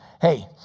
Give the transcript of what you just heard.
Hey